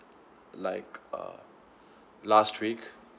like uh last week